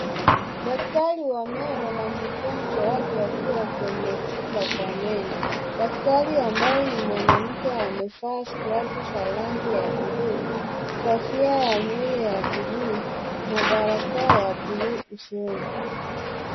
Daktari wa meno na mgonjwa wake wakiwa kwenye chumba cha meno daktari ambaye ni mwanamke amevaa scrub ya rangi ya buluu kofia ya nywele ya kichwa ya buluu na barakoa ya buluu usoni.